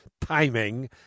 timing